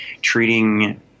treating